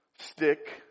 stick